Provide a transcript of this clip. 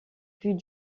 plus